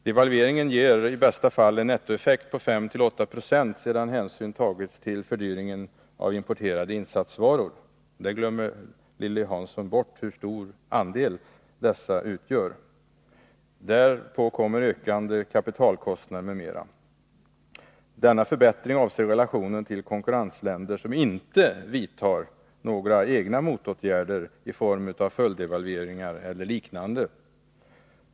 Devalveringen ger i bästa fall en nettoeffekt på 5-8 96 sedan hänsyn tagits till fördyringen av importerade insatsvaror — Lilly Hansson glömmer bort hur stor andel dessa utgör. Därtill kommer ökande kapitalkostnader m.m. Förbättringen avser relationen till konkurrentländer som inte vidtar några motåtgärder i form av följddevalveringar eller liknande.